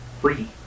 free